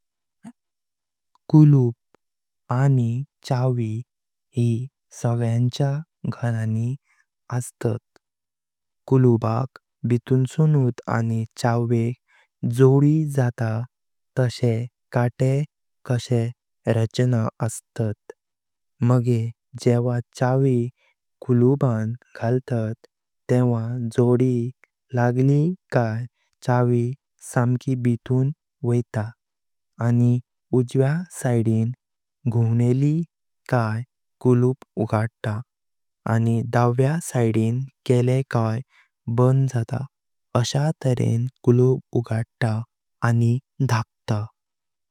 कुळूप आनी चावी ही सगळ्यांचं घराणी असतात। कुळुपाक भितूंसून आनी चाव्येचं जोडी जाता तशें काटें कशी रचना असतात, मगे जेव्हा चावी कुळूपान घालतात तेव्हा जोडी लागली काई चावी समकी भितून वैता आनी उजव्यां सिदीन घुवणेली काई कुळूप उगडता आनी दव्यां सिदीन केला काई बंद जात। अशा तेरें कुळूप उगडता आनी धापता।